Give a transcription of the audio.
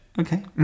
Okay